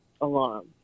alarm